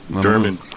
German